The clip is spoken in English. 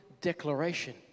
declaration